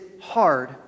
hard